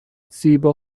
زیبا